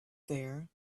there